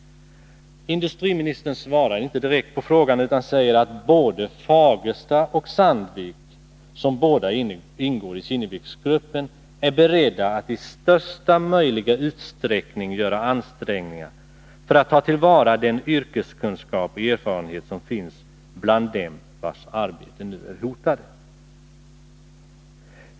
Industriministern svarar inte direkt på frågan utan säger att både Fagersta och Sandvik, som båda ingår i Kinneviksgruppen, är beredda att i största möjliga utsträckning göra ansträngningar för att ta till vara den yrkeskunskap och erfarenhet som finns bland dem vars arbeten nu är hotade.